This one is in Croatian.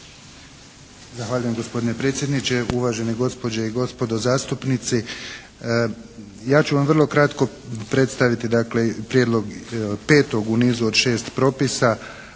Zahvaljujem gospodine predsjedniče. Uvažene gospođe i gospodo zastupnici. Ja ću vam vrlo kratko predstaviti dakle prijedlog petog u nizu od šest propisa.